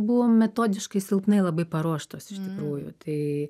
buvom metodiškai silpnai labai paruoštos iš tikrųjų tai